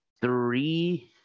Three